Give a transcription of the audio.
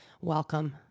welcome